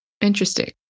Interesting